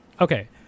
okay